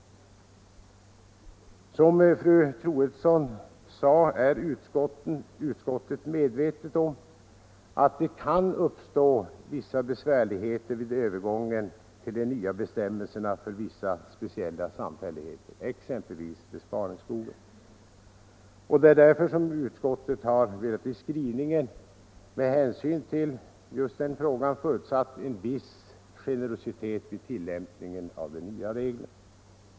Såsom fru Troedsson sade är utskottet medvetet om att det kan uppstå vissa besvärligheter vid övergången till de nya bestämmelserna för vissa speciella samfälligheter, exempelvis besparingsskogar. Det är därför som utskottet i sin skrivning har förutsatt en viss generositet vid tillämpningen av de nya reglerna.